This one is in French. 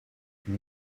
nous